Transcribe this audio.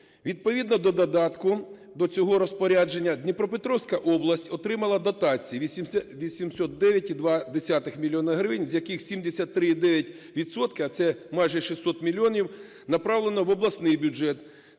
Відповідно до додатку до цього розпорядження Дніпропетровська область отримала дотацій 809,2 мільйони гривень, з яких 73,9 відсотки, це майже 600 мільйонів, направлено в обласний бюджет;